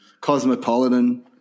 cosmopolitan